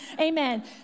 Amen